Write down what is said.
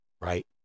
right